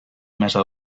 mesa